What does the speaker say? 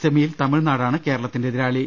സെമിയിൽ തമിഴ്നാടാണ് കേരളത്തിന്റെ എതിരാളി